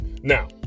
Now